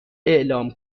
اعلام